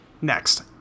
Next